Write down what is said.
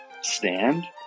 stand